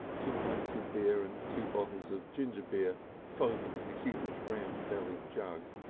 two pints of beer and two bottles of ginger beer foaming in a huge round-bellied jug.